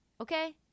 okay